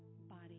body